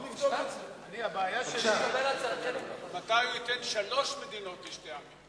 מתי הוא ייתן שלוש מדינות לשני עמים,